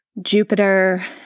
Jupiter